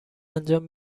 انجام